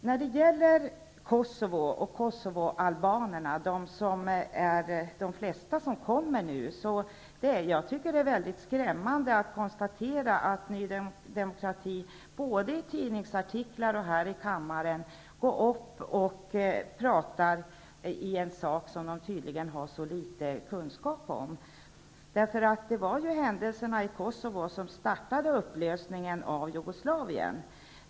När det gäller Kosovo och Kosovoalbanerna är det väldigt skrämmande att nödgas konstatera att Ny demokrati både i tidningsartiklar och här i kammaren talar om något som de uppenbarligen har så litet kunskap om. Det var nämligen händelserna i Kosovo som startade upplösningen av Jugoslavien.